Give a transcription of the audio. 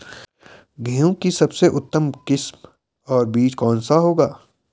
गेहूँ की सबसे उत्तम किस्म का बीज कौन सा होगा?